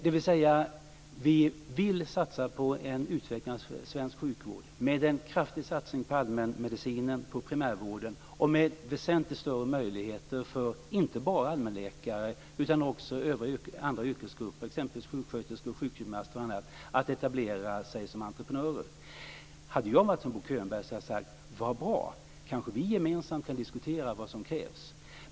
Det betyder att vi vill satsa på en utveckling av svensk sjukvård, med en kraftig satsning på allmänmedicinen och på primärvården och med väsentligt större möjligheter för inte bara allmänläkare utan också andra yrkesgrupper, exempelvis sjuksköterskor, sjukgymnaster och andra, att etablera sig som entreprenörer. Om jag hade varit som Bo Könberg hade jag sagt: Vad bra! Kanske vi gemensamt kan diskutera vad som krävs.